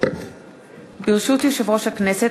ברשות יושב-ראש הכנסת,